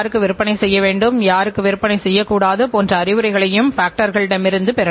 என்பதை நாம் மனதில் கொள்ளாதபடி செலவுகளை மேலும் குறைக்க முயற்சித்திருக்கலாம்